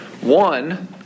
One